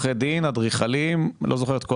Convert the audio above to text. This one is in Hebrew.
עורכי דין, אדריכלים, אני לא זוכר את כל